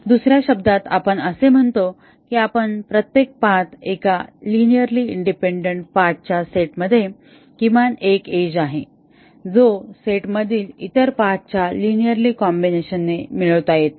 दुसर्या शब्दांत आपण असे म्हणतो की प्रत्येक पाथ एका लिनिअरली इंडिपेंडन्ट पाथ च्या सेट मध्ये किमान एक एज आहे जो सेट मधील इतर पाथच्या लिनिअरली कॉम्बिनेशन ने मिळवता येत नाही